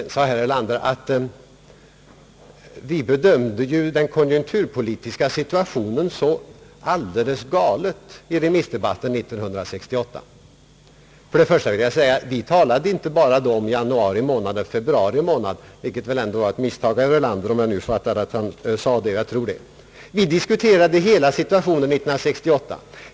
Sedan sade herr Erlander att vi vid remissdebatten 1968 bedömde den konjunkturpolitiska situationen alldeles galet. Till det vill jag först säga att vi då inte bara talade om januari och februari månader — vilket väl var ett misstag som herr Erlander gjorde om jag fattade honom rätt. Vi diskuterade hela situationen 1968.